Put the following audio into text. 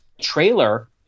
trailer